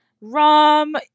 rum